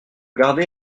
gardez